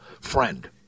friend